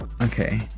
Okay